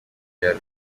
bya